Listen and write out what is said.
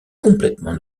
complètement